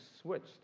switched